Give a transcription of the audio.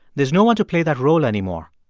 there's no one to play that role anymore.